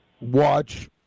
watch